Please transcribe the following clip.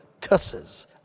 curses